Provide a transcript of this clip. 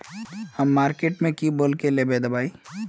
हम मार्किट में की बोल के लेबे दवाई?